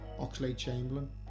Oxlade-Chamberlain